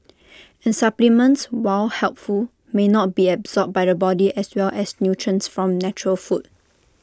and supplements while helpful may not be absorbed by the body as well as nutrients from natural food